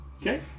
Okay